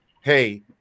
hey